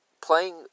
playing